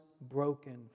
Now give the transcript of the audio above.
broken